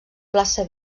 plaça